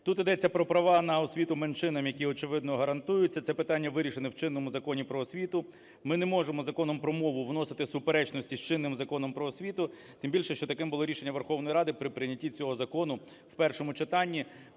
Тут ідеться про права на освіту меншинам, які очевидно гарантуються, це питання вирішено в чинному Законі "Про освіту". Ми не можемо Законом про мову вносити суперечності з чинним Законом "Про освіту", тим більше, що таким було рішення Верховної Ради при прийнятті цього закону в першому читанні.